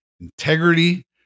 integrity